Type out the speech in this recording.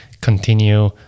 continue